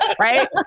Right